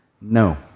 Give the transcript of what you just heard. No